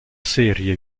serie